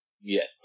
Yes